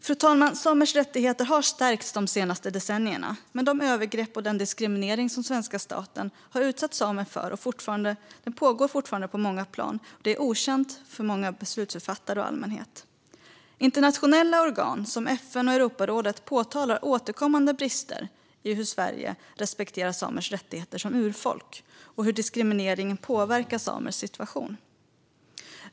Fru talman! Samers rättigheter har stärkts de senaste decennierna, men de övergrepp och den diskriminering som svenska staten har utsatt samer för, och som fortfarande pågår på många plan, är okända för många beslutsfattare och för allmänheten. Internationella organ som FN och Europarådet påtalar återkommande brister i hur Sverige respekterar samers rättigheter som urfolk och hur diskriminering påverkar samers situation.